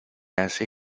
hace